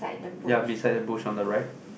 ya beside the bush on the right